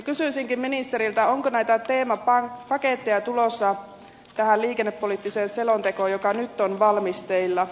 kysyisinkin ministeriltä onko näitä teemapaketteja tulossa liikennepoliittiseen selontekoon joka nyt on valmisteilla